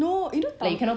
no you know Tamil